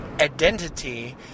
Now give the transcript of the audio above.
identity